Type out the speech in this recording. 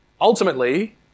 Ultimately